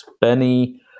Benny